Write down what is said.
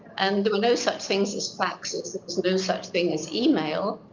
and there were no such things as faxes, there was no such thing as email.